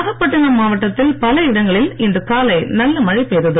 நாகப்பட்டினம் மாவட்டத்தில் பல இடங்களில் இன்று காலை நல்ல மழை பெய்தது